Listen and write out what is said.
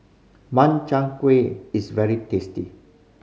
Makchang Gui is very tasty